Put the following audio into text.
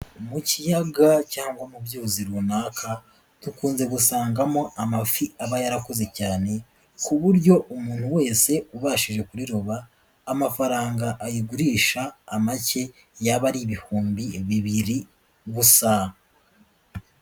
Mu kiyaga cyangwa mu byuzi runaka, dukunze gusangamo amafi aba yarakoze cyane ku buryo umuntu wese ubashije kuriroba, amafaranga ayigurisha amake yaba ari ibihumbi bibiri gusa.